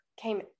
came